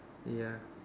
ya